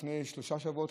לפני שלושה שבועות,